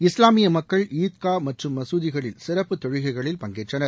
இஸ்லாமிய மக்கள் ஈத்கா மற்றும் மசூதிகளில் சிறப்பு தொழுகைகளில் பங்கேற்றனர்